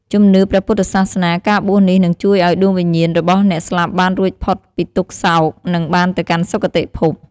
ជំនឿព្រះពុទ្ធសាសនា ការបួសនេះនឹងជួយឲ្យដួងវិញ្ញាណរបស់អ្នកស្លាប់បានរួចផុតពីទុក្ខសោក និងបានទៅកាន់សុគតិភព។